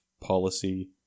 policy